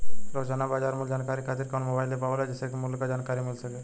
रोजाना बाजार मूल्य जानकारी खातीर कवन मोबाइल ऐप आवेला जेसे के मूल्य क जानकारी मिल सके?